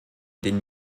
den